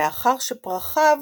מאחר שפרחיו